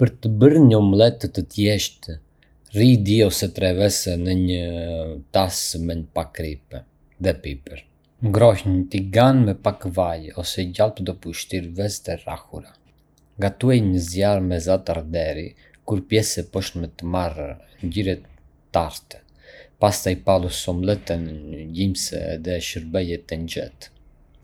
Për të bërë një omëletë të thjeshtë, rrih dy ose tre vezë në një tas me pak kripë dhe piper. Ngroh një tigan me pak vaj ose gjalpë, dopu shtir vezët e rrahura. Gatuaj në zjarr mesatar deri kur pjesa e poshtme të marrë ngjyrë të artë, pastaj palos omëletën në gjysmë dhe shërbeje të nxehtë.